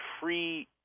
free